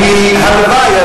אמת, הלוואי.